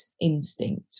instinct